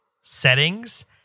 settings